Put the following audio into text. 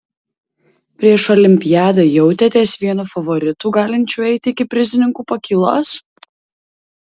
prieš olimpiadą jautėtės vienu favoritų galinčiu eiti iki prizininkų pakylos